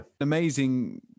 amazing